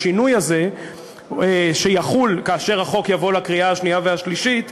השינוי הזה שיחול כאשר החוק יבוא לקריאה השנייה והשלישית,